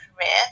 career